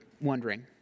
Wondering